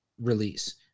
release